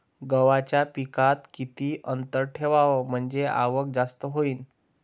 गव्हाच्या पिकात किती अंतर ठेवाव म्हनजे आवक जास्त होईन?